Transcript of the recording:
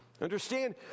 Understand